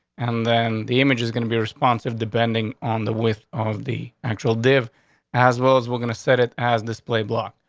and then the image is going to be responsive, depending on the with off the actual div as well as we're gonna set it as display block.